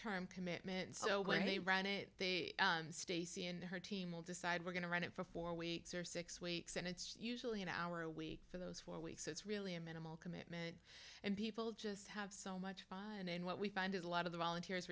term commitment so when they run it stacey and her team will decide we're going to run it for four weeks or six weeks and it's usually an hour a week for those four weeks so it's really a minimal commitment and people just have so much fun and what we find is a lot of the volunteers